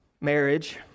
Marriage